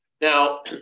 Now